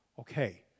Okay